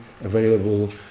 available